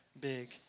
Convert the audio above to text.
big